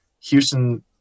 Houston